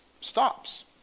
stops